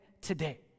today